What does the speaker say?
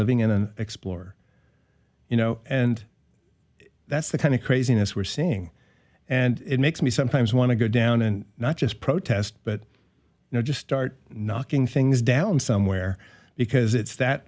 living in an explorer you know and that's the kind of craziness we're seeing and it makes me sometimes want to go down and not just protest but you know just start knocking things down somewhere because it's that